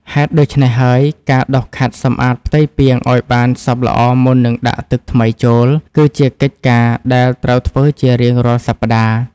ហេតុដូច្នេះហើយ ការដុសខាត់សម្អាតផ្ទៃពាងឱ្យបានសព្វល្អមុននឹងដាក់ទឹកថ្មីចូល គឺជាកិច្ចការដែលត្រូវធ្វើជារៀងរាល់សប្តាហ៍។